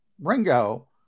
Ringo